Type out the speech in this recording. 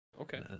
Okay